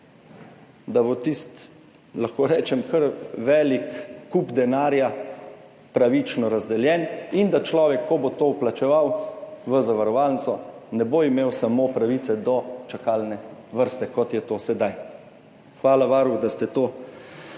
da bo tisti, lahko rečem, kar velik kup denarja pravično razdeljen in da človek, ki bo to vplačeval v zavarovalnico, ne bo imel samo pravice do čakalne vrste, kot je to sedaj. Hvala, varuh, da ste to posebej